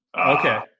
Okay